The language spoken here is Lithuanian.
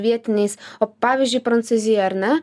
vietiniais o pavyzdžiui prancūzija ar ne